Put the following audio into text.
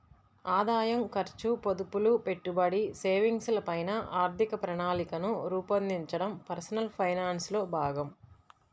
ఆదాయం, ఖర్చు, పొదుపులు, పెట్టుబడి, సేవింగ్స్ ల పైన ఆర్థిక ప్రణాళికను రూపొందించడం పర్సనల్ ఫైనాన్స్ లో భాగం